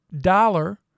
Dollar